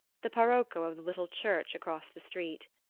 the parocco of the little church across the street.